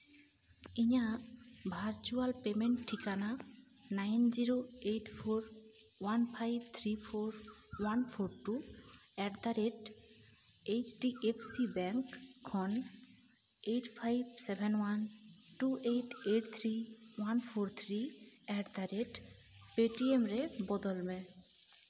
ᱤᱧᱟᱹᱜ ᱵᱷᱟᱨᱪᱩᱣᱟᱞ ᱯᱮᱢᱮᱱᱴ ᱴᱷᱤᱠᱟᱱᱟ nine zero eight four one five three four one four two at the rate H D F C bank ᱠᱷᱚᱱ eight five seven one two eight eight three one four three at the rate Paytm ᱨᱮ ᱵᱚᱫᱚᱞ ᱢᱮ